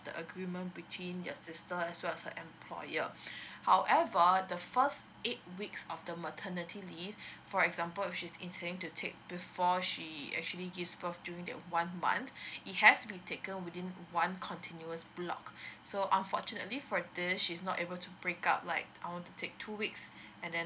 the agreement between your sister as well as the employer however the first eight weeks of the maternity leave for example if she's intending to take before she actually gives birth during that one month it has be taken within one continuous block so unfortunately for this she's not able to break up like I want to take two weeks and then